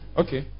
okay